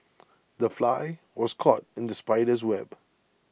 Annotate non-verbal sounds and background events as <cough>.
<noise> the fly was caught in the spider's web